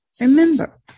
Remember